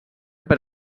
per